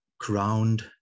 crowned